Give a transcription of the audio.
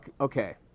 Okay